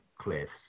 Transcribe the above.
cliffs